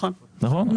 נכון.